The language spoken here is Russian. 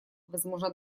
возможно